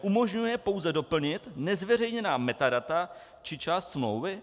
Umožňuje pouze doplnit nezveřejněná metadata či část smlouvy?